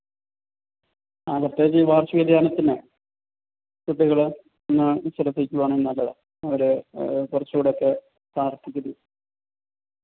ആ പ്രത്യേകിച്ചീ വാർഷിക ധ്യാനത്തിന് കുട്ടികളേ ഒന്നു ശ്രദ്ധിക്കുകയാണെ നല്ലതാണ് അവരെ കുറച്ചും കൂടിയൊക്കെ പ്രാർത്ഥിപ്പി